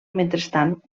mentrestant